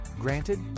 Granted